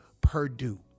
Purdue